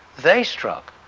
they struck,